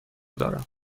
دارم